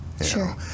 sure